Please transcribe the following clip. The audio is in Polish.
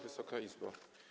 Wysoka Izbo!